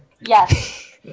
Yes